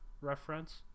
reference